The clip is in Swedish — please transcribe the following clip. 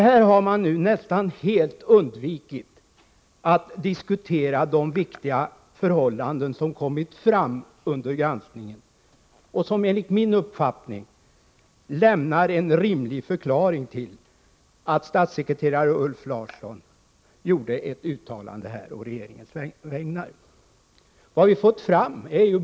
Här har man nästan helt undvikit att diskutera de viktiga förhållanden som kommit fram under granskningen och som enligt min uppfattning lämnar en rimlig förklaring till att statssekreterare Ulf Larsson gjorde ett uttalande på regeringens vägnar.